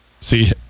See